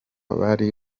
bari